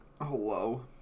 Hello